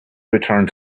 returned